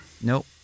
Nope